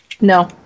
No